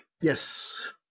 Yes